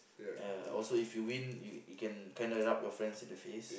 uh also if you win you you can kinda rub your friends in the face